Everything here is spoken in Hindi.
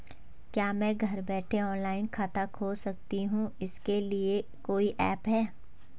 क्या मैं घर बैठे ऑनलाइन खाता खोल सकती हूँ इसके लिए कोई ऐप है?